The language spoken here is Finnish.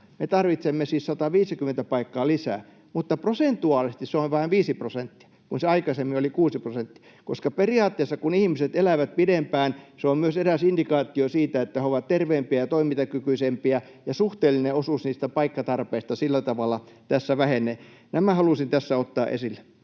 Me tarvitsemme siis 150 paikkaa lisää, mutta prosentuaalisesti se on vain 5 prosenttia, kun se aikaisemmin oli 6 prosenttia, koska periaatteessa kun ihmiset elävät pidempään, se on myös eräs indikaatio siitä, että he ovat terveempiä ja toimintakykyisempiä, ja suhteellinen osuus siinä paikkatarpeessa sillä tavalla tässä vähenee. Nämä halusin tässä ottaa esille.